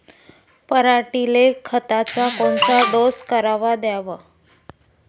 पऱ्हाटीले खताचा कोनचा डोस कवा द्याव?